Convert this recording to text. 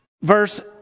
verse